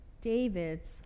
David's